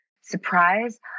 Surprise